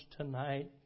tonight